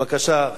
בבקשה,